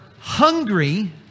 hungry